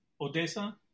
Odessa